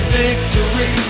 victory